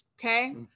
Okay